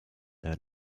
der